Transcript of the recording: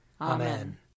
Amen